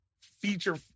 feature